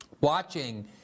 watching